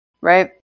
Right